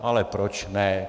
Ale proč ne?